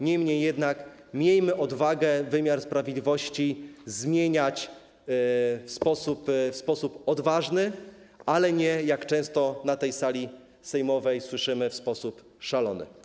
Niemniej jednak miejmy odwagę wymiar sprawiedliwości zmieniać w sposób odważny, ale nie, jak często na tej sali sejmowej słyszymy, w sposób szalony.